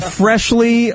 freshly